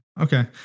Okay